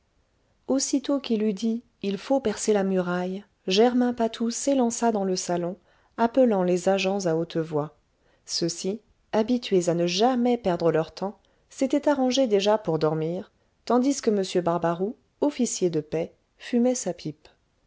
aussitôt qu'il eut dit il faut percer la muraille germain patou s'élança dans le salon appelant les agents à haute voix ceux-ci habitués à ne jamais perdre leur temps s'étaient arrangés déjà pour dormir tandis que m barbaroux officier de paix fumait sa pipe